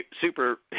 super, –